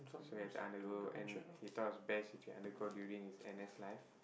so he had to undergo and he thought it was best if he undergo during his N_S life